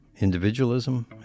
individualism